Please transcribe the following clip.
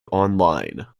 online